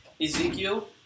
Ezekiel